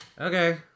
Okay